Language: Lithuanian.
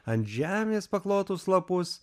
ant žemės paklotus lapus